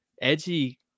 edgy